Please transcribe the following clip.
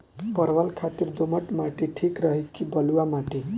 परवल खातिर दोमट माटी ठीक रही कि बलुआ माटी?